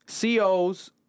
COs